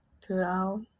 throughout